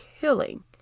killing